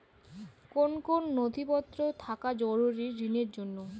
কোন কোন নথিপত্র থাকা জরুরি ঋণের জন্য?